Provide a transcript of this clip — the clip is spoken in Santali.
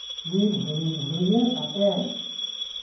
ᱥᱤ ᱵᱷᱩᱨ ᱵᱷᱩᱨᱭᱟᱹ ᱠᱟᱛᱮᱜ